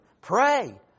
pray